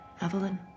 Evelyn